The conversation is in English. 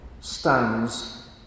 stands